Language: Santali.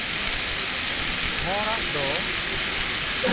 ᱦᱚᱲᱟᱜ ᱫᱚ